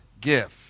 gift